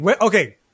okay